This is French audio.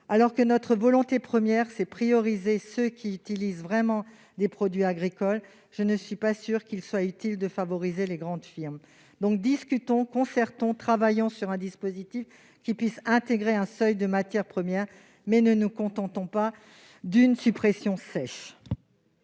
alors que notre volonté première est de cibler ceux qui utilisent vraiment des produits agricoles. Je ne suis pas sûre qu'il soit utile de favoriser les grandes firmes. Bref, discutons, menons des concertations. Travaillons à un dispositif qui puisse comprendre un seuil de matières premières, mais ne nous contentons pas d'une suppression sèche.